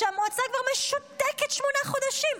-- שירותי דת, כשהמועצה כבר משותקת שמונה חודשים,